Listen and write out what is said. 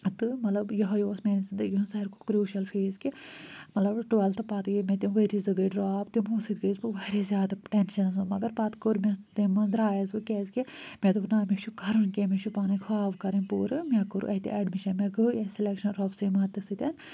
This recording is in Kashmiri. تہٕ مطلب یِہوٚے اوس میٛانہِ زندگی ہُنٛد ساروی کھۄتہٕ کرٛوٗشَل فیز کہِ مطلب ٹُوٮ۪لتھ پَتہٕ ییٚلہِ مےٚ تِم ؤری زٕ گٔے ڈرٛاپ تِمو سۭتۍ گٔیَس بہٕ واریاہ زیادٕ ٹٮ۪نشَنَس منٛز مگر پَتہٕ کوٚر مےٚ تَمہِ منٛز درٛایَس بہٕ کیٛازکہِ مےٚ دوٚپ نَہ مےٚ چھُ کَرُن کیٚنٛہہ مےٚ چھِ پَنٕنۍ خواب کَرٕنۍ پوٗرٕ مےٚ کوٚر اَتہِ اٮ۪ڈمِشَن مےٚ گٔے اَتہِ سٕلٮ۪کشَن رۄبہٕ سٕنٛدۍ مَدتہٕ سۭتۍ